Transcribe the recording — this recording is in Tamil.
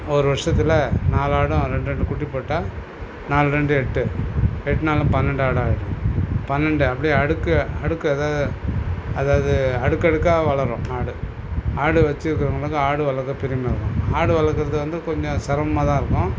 ஒரு வருசத்தில் நாலு ஆடும் ரெண்டு ரெண்டு குட்டி போட்டால் நால் ரெண்டு எட்டு எட்டு நாலும் பன்னெண்டு ஆடாக ஆயிரும் பன்னெண்டு அப்படியே அடுக்கு அடுக்கு அதாவது அதாவது அடுக்கடுக்காக வளரும் ஆடு ஆடு வச்சுருக்குறவங்களுக்கு ஆடு வளர்க்க பெருமையாக இருக்கும் ஆடு வளர்க்குறது வந்து கொஞ்சம் சிரமமாக தான் இருக்கும்